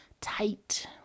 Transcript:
tight